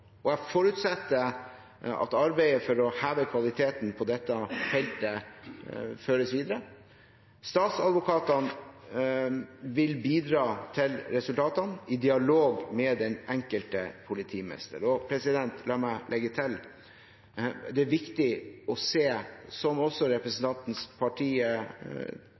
og jeg forutsetter at arbeidet for å heve kvaliteten på dette feltet føres videre. Statsadvokatene vil bidra til resultatene i dialog med den enkelte politimester. Og la meg legge til: Det er viktig å se, som også representantens parti,